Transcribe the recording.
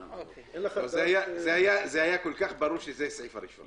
אבל היה כל כך ברור שזה הסעיף הראשון.